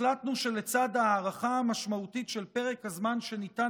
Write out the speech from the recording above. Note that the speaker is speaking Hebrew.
החלטנו שלצד ההארכה המשמעותית של פרק הזמן שניתן